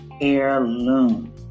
heirloom